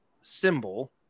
symbol